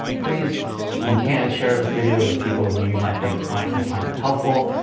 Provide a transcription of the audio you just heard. please if you can share this video with people who you might think find, will find it helpful.